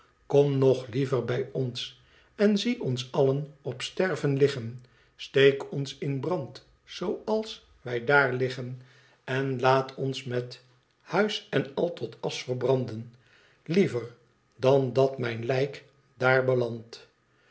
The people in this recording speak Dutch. kom nog liever bij ons en zie ons allen op sterven liggen steek ons in brand zooals wij daar liggen en laat ons met huis en al tot asch verbranden liever dan dat mijn lijk éar belandt